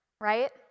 right